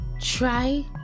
try